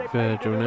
Virgil